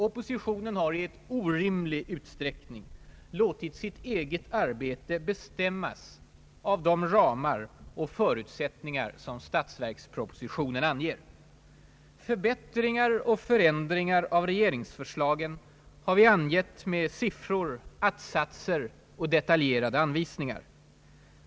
Oppositionen har i orimlig utsträckning låtit sitt eget arbete bestämmas av de ramar och förutsättningar som statsverkspropositionen angett. Förbättringar och förändringar av regeringsförslagen har vi angett med siffror, att-satser och detaljerade anvisningar.